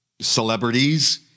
celebrities